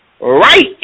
right